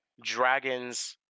Dragons